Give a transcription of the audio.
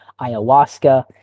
ayahuasca